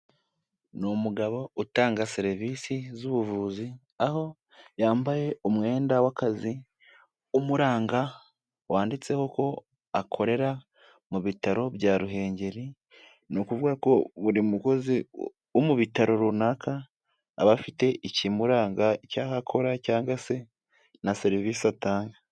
Ni umugabo utanga serivisi z'ubuvuzi, aho yambaye umwenda w'akazi umuranga, wanditseho ko akorera mu bitaro bya Ruhengeri, ni ukuvuga ko buri mukozi wo mu bitaro runaka, aba afite ikimuranga cy'aho akora cyangwa se na serivisi atanga.